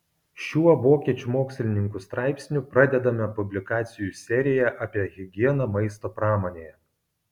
šiuo vokiečių mokslininkų straipsniu pradedame publikacijų seriją apie higieną maisto pramonėje